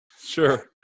sure